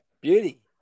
Beauty